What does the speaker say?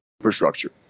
infrastructure